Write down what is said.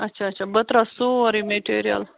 اَچھا اَچھا بہٕ ترٛاو سورُے مِٹیٖریَل